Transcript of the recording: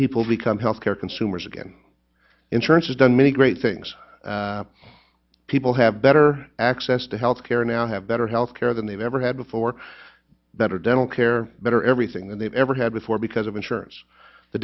people become health care consumers again insurance has done many great things people have better access to health care now have better health care than they've ever had before better dental care better everything than they've ever had before because of insurance the